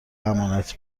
امانت